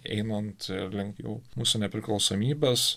einant link jau mūsų nepriklausomybės